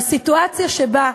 הסיטואציה שבה,